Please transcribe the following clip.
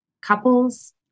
couples